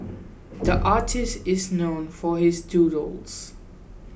the artist is known for his doodles